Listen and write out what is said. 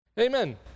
Amen